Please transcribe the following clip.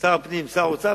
שר הפנים, שר האוצר